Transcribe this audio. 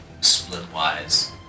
split-wise